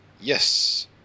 Yes